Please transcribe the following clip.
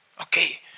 Okay